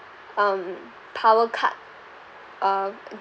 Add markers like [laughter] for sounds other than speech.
um power cut uh [noise]